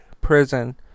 Prison